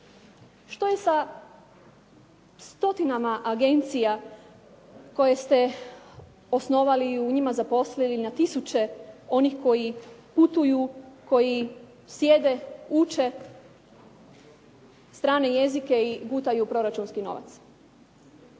Što je sa stotinama agencija koje ste osnovali i u njima zaposlili na tisuće onih koji putuju, koji sjede, uče strane jezike i gutaju proračunski novac?